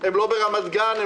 לא ברמת גן,